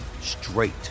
straight